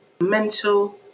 mental